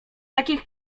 takich